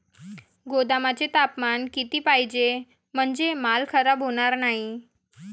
गोदामाचे तापमान किती पाहिजे? म्हणजे माल खराब होणार नाही?